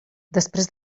després